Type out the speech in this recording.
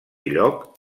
lloc